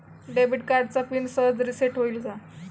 Debit कार्डचा PIN सहज reset होईल का?